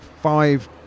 five